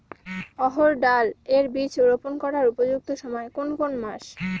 অড়হড় ডাল এর বীজ রোপন করার উপযুক্ত সময় কোন কোন মাস?